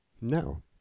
No